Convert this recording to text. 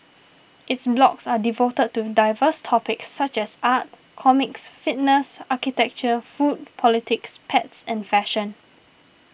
its blogs are devoted to diverse topics such as art comics fitness architecture food politics pets and fashion